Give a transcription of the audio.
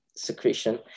secretion